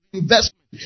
investment